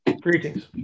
Greetings